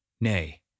Nay